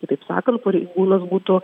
kitaip sakant pareigūnas būtų